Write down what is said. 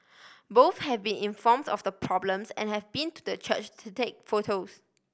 both have been informed of the problems and have been to the church to take photos